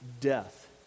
death